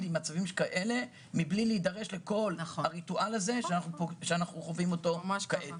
עם מצבים כאלו מבלי להידרש לכל הריטואל שאנחנו חווים כעת.